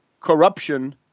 corruption